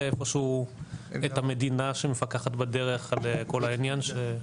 איפשהו את המדינה שמפקחת בדרך על כל העניין?